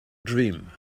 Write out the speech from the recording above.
dream